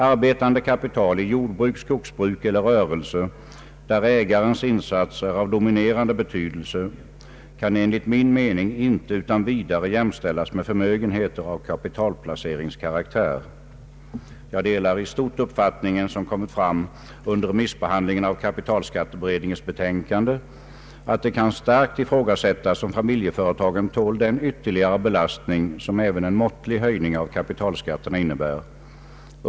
Arbetande kapital i jordbruk, skogsbruk eller rörelse där ägarens insats är av dominerande betydelse kan enligt min mening inte utan vidare jämställas med förmögenheter av kapitalplaceringskaraktär. Jag delar i stort den uppfattning som kommit fram under remissbehandlingen av kapitalskatteberedningens betänkande, att det kan starkt ifrågasättas om familjeföretagen tål den ytterligare belastning som även en måttlig höjning av kapitalskatterna innebär.